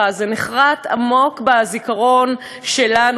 זה נחרת עמוק בזיכרון שלנו,